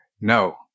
No